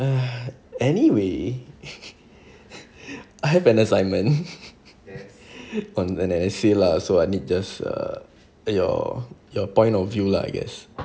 !hais! anyway I have an assignment on an essay lah so I need just err your your point of view lah I guess